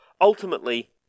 ultimately